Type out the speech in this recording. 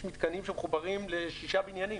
יש מתקנים שמחוברים לשישה בניינים.